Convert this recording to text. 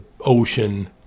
ocean